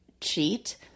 cheat